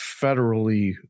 federally